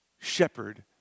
shepherd